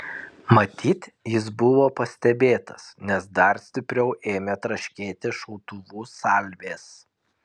matyt jis buvo pastebėtas nes dar stipriau ėmė traškėti šautuvų salvės